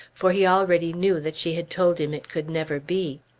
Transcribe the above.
for he already knew that she had told him it could never be.